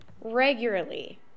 regularly